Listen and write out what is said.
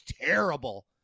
terrible